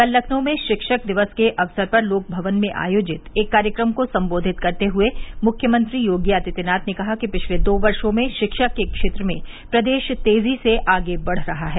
कल लखनऊ में शिक्षक दिवस के अवसर पर लोक भवन में आयोजित एक कार्यक्रम को संबोधित करते हुए मुख्यमंत्री योगी आदित्यनाथ ने कहा कि पिछले दो वर्षो में शिक्षा के क्षेत्र में प्रदेश तेजी से आगे बढ़ रहा है